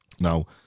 Now